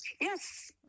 Yes